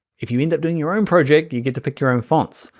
if you end up doing your own project, you get to pick your own fonts.